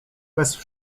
bez